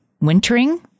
Wintering